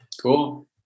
Cool